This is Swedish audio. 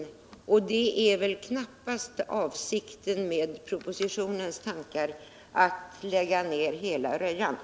Avsikten med propositionen är väl att lägga ned hela Rödjan med betydligt högre bortfall av tjänster.